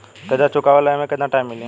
कर्जा चुकावे ला एमे केतना टाइम मिली?